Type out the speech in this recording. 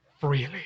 freely